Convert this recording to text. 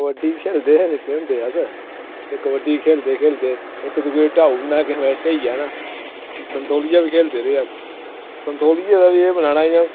कबड्डी खेढदे हे निक्के होंदे अस ते कबड्डी खेढदे खेढदे कदें ढाई ओड़ना ते कदें ढेई जाना ते संतोलिया बी खेढदे होंदे हेंअस